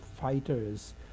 fighters